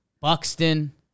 Buxton